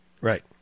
Right